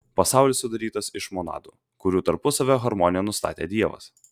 pasaulis sudarytas iš monadų kurių tarpusavio harmoniją nustatė dievas